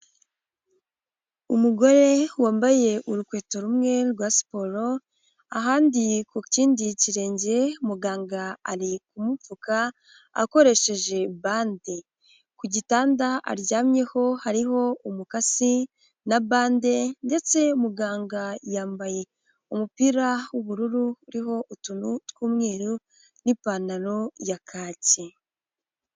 Umugore wambaye urukweto rumwe rwa siporo, ahandi ku kindi kirenge muganga ari kumupfuka akoresheje bande, ku gitanda aryamyeho hariho umukasi na bande ndetse muganga yambaye umupira w'ubururu uriho utuntu tw'umweru n'ipantaro ya kaki.